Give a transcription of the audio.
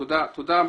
תודה.